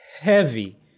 heavy